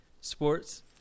Sports